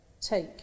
Take